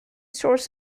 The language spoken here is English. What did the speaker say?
source